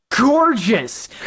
gorgeous